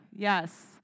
Yes